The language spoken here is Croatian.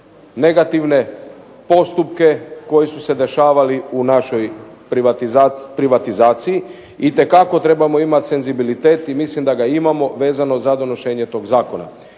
negativne postupke koji su se dešavali u našoj privatizaciji. Itekako trebamo imat senzibilitet i mislim da ga imamo vezano za donošenje tog zakona.